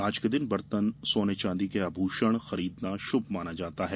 आज के दिन बर्तन सोने चांदी के आभूषण खरीदना शुभ माना जाता है